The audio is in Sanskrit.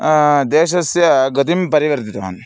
देशस्य गतिं परिवर्तितवान्